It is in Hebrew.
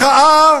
מחאה